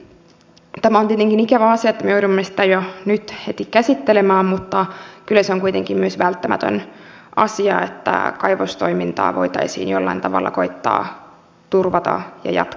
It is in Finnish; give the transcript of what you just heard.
tämä on tietenkin ikävä asia että me joudumme sitä jo nyt heti käsittelemään mutta kyllä se on kuitenkin myös välttämätön asia että kaivostoimintaa voitaisiin jollain tavalla koettaa turvata ja jatkaa